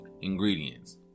Ingredients